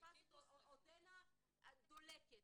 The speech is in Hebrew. השריפה עודנה דולקת.